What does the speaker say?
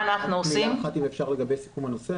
אם אפשר לסיכום הנושא,